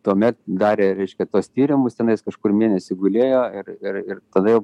tuomet darė reiškia tuos tyrimus tenais kažkur mėnesį gulėjo ir ir ir tada jau